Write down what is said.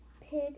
Pig